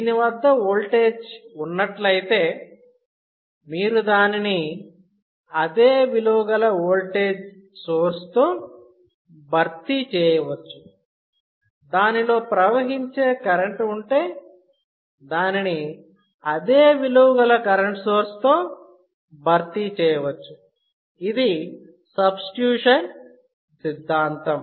దీని వద్ద ఓల్టేజ్ ఉన్నట్లయితే మీరు దానిని అదే విలువ గల ఓల్టేజ్ సోర్స్తో భర్తీ చేయవచ్చు దాని లో ప్రవహించే కరెంట్ ఉంటే దానిని అదే విలువ గల కరెంట్ సోర్స్ తో భర్తీ చేయవచ్చు ఇది సబ్స్టిట్యూషన్ సిద్ధాంతం